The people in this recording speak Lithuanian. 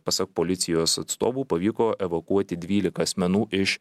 pasak policijos atstovų pavyko evakuoti dvylika asmenų iš